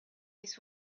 this